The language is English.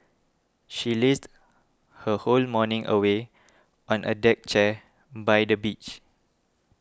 she lazed her whole morning away on a deck chair by the beach